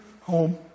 home